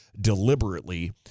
deliberately